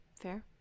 Fair